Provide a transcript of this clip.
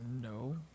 No